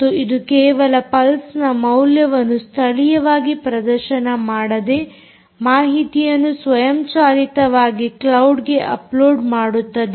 ಮತ್ತು ಇದು ಕೇವಲ ಪಲ್ಸ್ನ ಮೌಲ್ಯವನ್ನು ಸ್ಥಳೀಯವಾಗಿ ಪ್ರದರ್ಶನ ಮಾಡದೆ ಮಾಹಿತಿಯನ್ನು ಸ್ವಯಂಚಾಲಿತವಾಗಿ ಕ್ಲೌಡ್ಗೆ ಅಪ್ಲೋಡ್ ಮಾಡುತ್ತದೆ